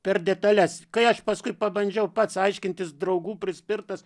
per detales kai aš paskui pabandžiau pats aiškintis draugų prispirtas